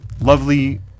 lovely